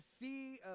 see